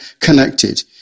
connected